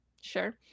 Sure